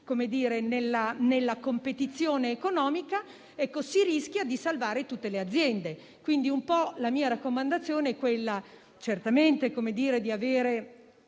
nella competizione economica, si rischia di salvare tutte le aziende. Quindi la mia raccomandazione è certamente di avere